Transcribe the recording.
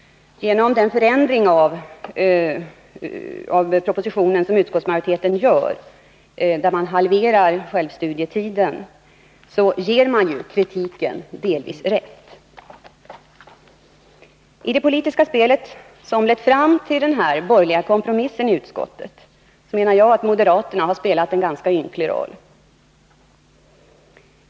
Med den förändring som utskottsmajoriteten gör av propositionen genom att halvera självstudietiden ger man kritiken delvis rätt. I det politiska spel som lett fram till denna borgerliga kompromiss i utskottet anser jag att moderaterna har spelat en ganska ynklig roll.